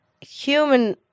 human